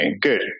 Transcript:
good